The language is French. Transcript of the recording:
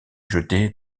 jetée